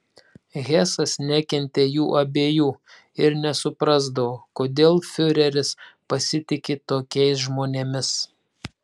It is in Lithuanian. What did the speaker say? hesas nekentė jų abiejų ir nesuprasdavo kodėl fiureris pasitiki tokiais žmonėmis